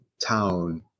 Town